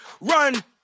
run